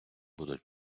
будуть